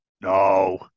No